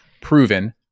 proven